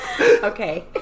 Okay